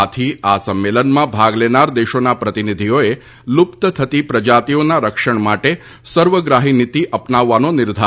આથી આ સંમેલનમાં ભાગ લેનાર દેશોના પ્રતિનિધિઓએ લુપ્ત થતી પ્રજાતિઓના રક્ષણ માટે સર્વગ્રાહિનિતી અપનાવવાનો નિર્ધાર કર્યો છે